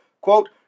quote